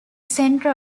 center